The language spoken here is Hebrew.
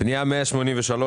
פניות מס' 183